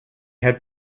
had